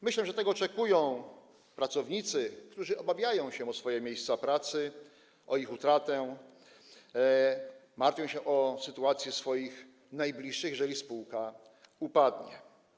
Myślę, że tego oczekują pracownicy, którzy obawiają się o swoje miejsca pracy, o ich utratę, martwią się o sytuację swoich najbliższych, jeżeli spółka upadnie.